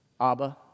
Abba